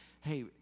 Hey